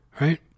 right